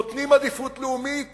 נותנים עדיפות לאומית